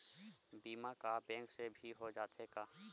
बीमा का बैंक से भी हो जाथे का?